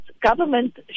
government